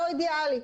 לא אידיאלי.